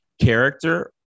character